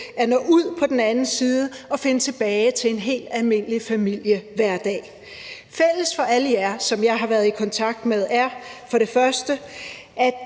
at nå ud på den anden side og finde tilbage til en helt almindelig familiehverdag. Fælles for alle jer, som jeg har været i kontakt med, er for det første,